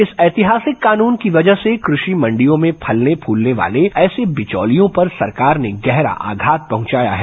इस ऐतिहासिक कानून की वजह से कृषि मंडियों में फलने फूलने वाले ऐसे बिचौलियों पर सरकार ने गहरा आघात पहुंचाया है